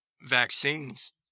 vaccines